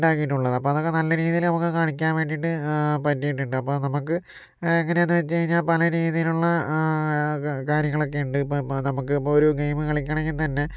ഉണ്ടാക്കിയിട്ടുള്ളത് അപ്പോൾ അതൊക്കെ നല്ല രീതിയിൽ നമുക്ക് കളിക്കാൻ വേണ്ടീട്ട് പറ്റിയിട്ടുണ്ട് അപ്പോൾ നമുക്ക് എങ്ങനെയാണെന്ന് വെച്ച് കഴിഞ്ഞാൽ പല രീതിയിലുള്ള കാര്യങ്ങളൊക്കെ ഉണ്ട് ഇപ്പോൾ നമുക്കിപ്പോൾ ഒരു ഗെയിമ് കളിക്കണമെങ്കിൽ തന്നെ